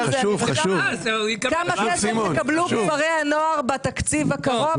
כמה יקבלו כפרי הנוער בתקציב הקרוב?